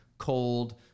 cold